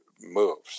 moves